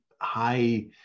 high